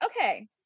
okay